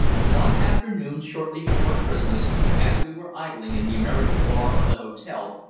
one afternoon, shortly before christmas, as we were idling in the american bar of the hotel,